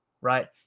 right